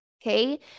Okay